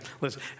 Listen